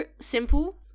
simple